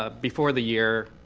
ah before the year,